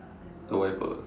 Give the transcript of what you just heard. the wiper